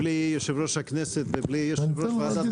בלי יושב-ראש הכנסת ובלי יושב-ראש ועדת הכנסת,